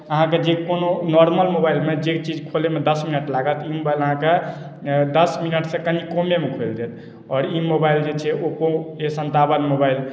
अहाँके जे कोनो नॉर्मल मोबाइलमे जे चीज खोलैमे दस मिनट लागत ई मोबाइल अहाँके दस मिनटसँ कनी कमेमे खोलि देत आओर ई मोबाइल जे छै ओप्पो ए सन्तावन मोबाइल